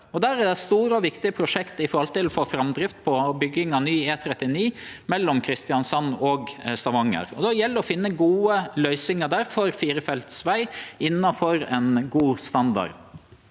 der er det store og viktige prosjekt for å få framdrift i bygginga av ny E39 mellom Kristiansand og Stavanger. Då gjeld det å finne gode løysingar der for firefelts veg innanfor ein god standard.